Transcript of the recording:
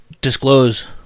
disclose